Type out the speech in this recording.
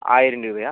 ആയിരം രൂപയാണോ